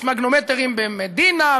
יש מגנומטרים במדינה,